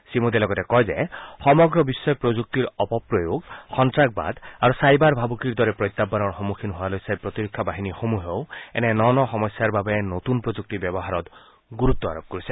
শ্ৰীমোডীয়ে লগতে কয় যে সমগ্ৰ বিশ্বই প্ৰযুক্তিৰ অপপ্ৰয়োগ সন্তাসবাদ আৰু চাইবাৰ ভাবুকিৰ দৰে প্ৰত্যাহানৰ সন্মুখীন হোৱালৈ চাই প্ৰতিৰক্ষা বাহিনীসমূহেও এনে ন ন সমস্যাৰ বাবে নতুন প্ৰযুক্তি ব্যৱহাৰত গুৰুত্ব আৰোপ কৰিছে